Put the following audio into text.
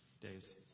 days